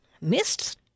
missed